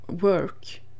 work